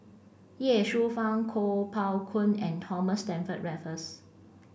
Ye Shufang Kuo Pao Kun and Thomas Stamford Raffles